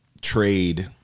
trade